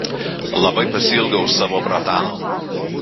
labai pasiilgau savo bratano